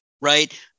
right